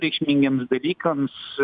reikšmingiems dalykams